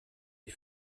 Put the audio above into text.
les